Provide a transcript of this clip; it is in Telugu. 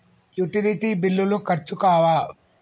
యుటిలిటీ బిల్లులు ఖర్చు కావా?